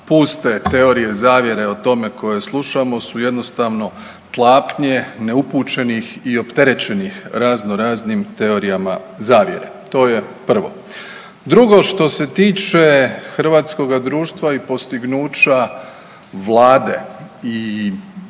Puste teorije zavjere o tome koje slušamo su jednostavno tlapnje neupućenih i opterećenih raznoraznim teorijama zavjere to je prvo. Drugo, što se tiče hrvatskoga društva i postignuća Vlade i